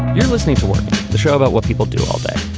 you're listening to what the show about what people do all day.